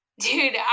Dude